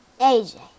AJ